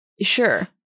Sure